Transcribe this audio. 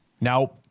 now